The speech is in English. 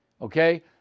Okay